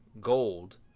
gold